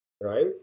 right